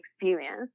experience